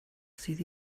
sydd